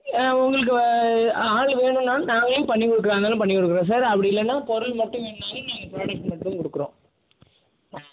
உங்களுக்கு ஆளு வேணும்னாலும் நாங்களே பண்ணி கொடுக்குறதா இருந்தாலும் பண்ணி கொடுக்குறோம் சார் அப்படி இல்லைனா பொருள் மட்டும் வேணும்னாலும் நாங்கள் ஃப்ராடக்ட் மட்டும் கொடுக்குறோம்